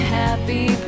happy